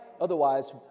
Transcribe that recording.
Otherwise